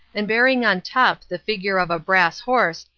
and bearing on top the figure of a brass horse,